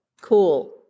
cool